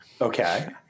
Okay